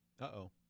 Uh-oh